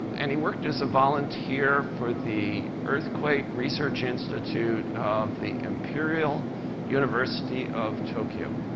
and he worked as a volunteer for the earthquake research institute of the imperial university of tokyo,